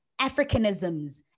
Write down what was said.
Africanisms